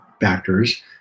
factors